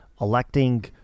Electing